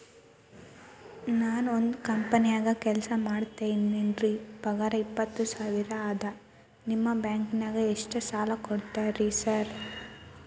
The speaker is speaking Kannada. ನಾನ ಒಂದ್ ಕಂಪನ್ಯಾಗ ಕೆಲ್ಸ ಮಾಡಾಕತೇನಿರಿ ಪಗಾರ ಇಪ್ಪತ್ತ ಸಾವಿರ ಅದಾ ನಿಮ್ಮ ಬ್ಯಾಂಕಿನಾಗ ಎಷ್ಟ ಸಾಲ ಕೊಡ್ತೇರಿ ಸಾರ್?